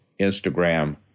Instagram